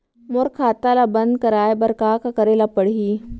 मोर खाता ल बन्द कराये बर का का करे ल पड़ही?